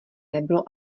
nebylo